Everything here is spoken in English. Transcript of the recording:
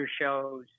shows